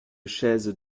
chaise